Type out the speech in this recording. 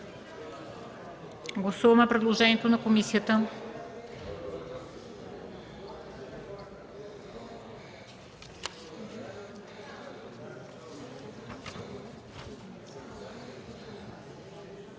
гласуване предложението на комисията